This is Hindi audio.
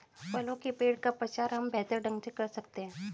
फलों के पेड़ का प्रचार हम बेहतर ढंग से कर सकते हैं